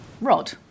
Rod